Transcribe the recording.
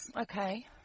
Okay